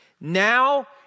now